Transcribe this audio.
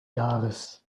jahres